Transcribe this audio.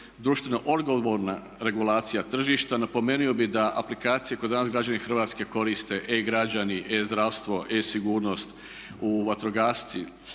društvena odgovorna regulacija tržišta. Napomenuo bih da aplikacije koje danas građani Hrvatske koriste e-građani, e-zdravstvo, e-sigurnost, vatrogasci,